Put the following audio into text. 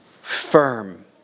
firm